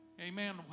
Amen